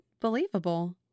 believable